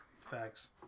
Facts